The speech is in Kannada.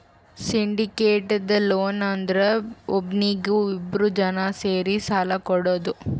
ಸಿಂಡಿಕೇಟೆಡ್ ಲೋನ್ ಅಂದುರ್ ಒಬ್ನೀಗಿ ಇಬ್ರು ಜನಾ ಸೇರಿ ಸಾಲಾ ಕೊಡೋದು